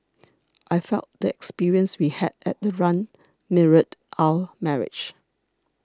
I felt the experience we had at the run mirrored our marriage